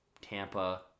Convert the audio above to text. Tampa